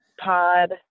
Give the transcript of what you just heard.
pod